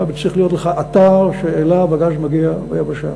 וצריך להיות לך אתר שאליו הגז מגיע ביבשה.